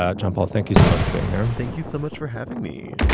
ah john paul, thank you so much for being here. and thank you so much for having me.